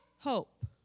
Hope